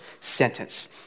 sentence